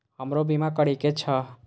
हमरो बीमा करीके छः?